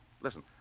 listen